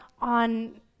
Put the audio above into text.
on